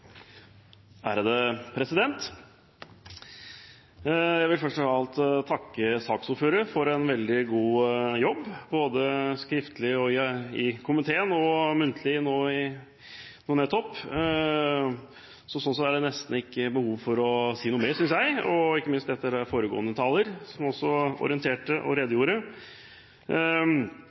Jeg vil først av alt takke saksordføreren for en veldig god jobb, både skriftlig i komiteen og muntlig nå nettopp. Sånn sett er det nesten ikke behov for å si noe mer, synes jeg, ikke minst etter foregående taler, som også orienterte og redegjorde.